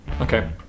Okay